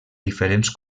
diferents